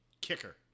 Kicker